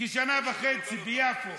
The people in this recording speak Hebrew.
כשנה וחצי, ביפו,